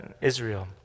Israel